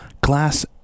glass